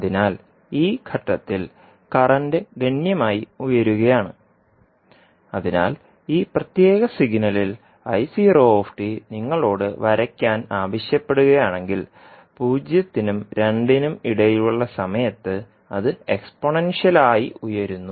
അതിനാൽ ഈ ഘട്ടത്തിൽ കറന്റ് ഗണ്യമായി ഉയരുകയാണ് അതിനാൽ ഈ പ്രത്യേക സിഗ്നലിൽ നിങ്ങളോട് വരയ്ക്കാൻ ആവശ്യപ്പെടുകയാണെങ്കിൽ പൂജ്യത്തിനും രണ്ടിനും ഇടയിലുള്ള സമയത്ത് അത് എക്സ്പോണൻഷൃൽ ആയി ഉയരുന്നു